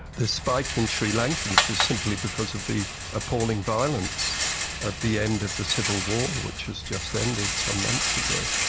the spike in sri lankans is simply because of the appalling violence at the end of the civil war which has just ended some months ago.